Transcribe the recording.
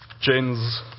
Jen's